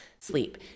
sleep